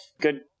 good